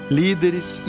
líderes